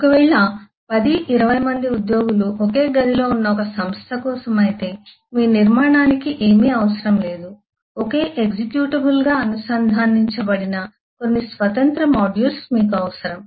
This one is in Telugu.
ఒకవేళ 10 20 మంది ఉద్యోగులు ఒకే గదిలో ఉన్న ఒక సంస్థ కోసం అయితే మీ నిర్మాణానికి ఏమీ అవసరం లేదు ఒకే ఎక్జిక్యూటబుల్గా అనుసంధానించబడిన కొన్ని స్వతంత్ర మాడ్యూల్స్ మీకు అవసరం